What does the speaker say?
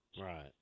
Right